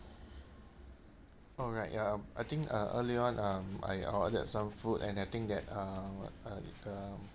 alright ya I think uh earlier on um I ordered some food and I think that um uh um